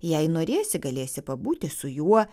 jei norėsi galėsi pabūti su juo